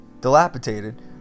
dilapidated